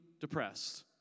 depressed